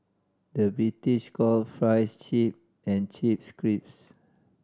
the British call fries chip and chips crips